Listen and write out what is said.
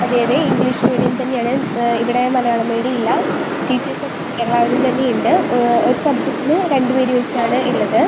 അതെയതെ English medium തന്നെയാണ് ഇവിടെ മലയാളം മീഡിയം ഇല്ല ടീച്ചേർസ് എല്ലാവരും തന്നെയുണ്ട് ഒരു സബ്ജക്ടിന് രണ്ടുപേർ വെച്ചാണ് ഉള്ളത്